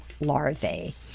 larvae